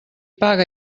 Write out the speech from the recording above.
paga